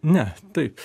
ne taip